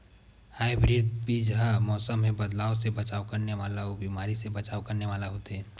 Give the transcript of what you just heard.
hybrid बीज हा मौसम मे बदलाव से बचाव करने वाला अउ बीमारी से बचाव करने वाला होथे